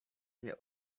nie